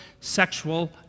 sexual